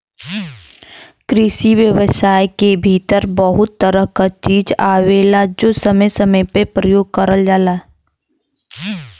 कृषि व्यवसाय के भीतर बहुत तरह क चीज आवेलाजो समय समय पे परयोग करल जाला